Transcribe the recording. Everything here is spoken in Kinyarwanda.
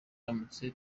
bamanutse